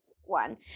one